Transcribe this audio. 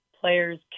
players